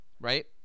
right